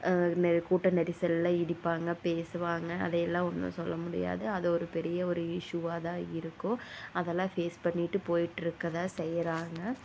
கூட்ட நெரிசலில் இடிப்பாங்க பேசுவாங்க அதையெல்லாம் ஒன்றும் சொல்ல முடியாது அது ஒரு பெரிய ஒரு இஷ்யூவாக தான் இருக்கும் அதல்லாம் ஃபேஸ் பண்ணிட்டு போய்ட்ருக்க தான் செய்கிறாங்க